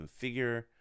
configure